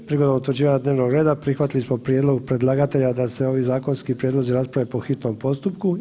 Prigodom utvrđivanja dnevnog reda prihvatili smo prijedlog predlagatelja da se ovi zakonski prijedlozi rasprave po hitnom postupku.